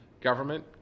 government